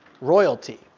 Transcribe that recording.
royalty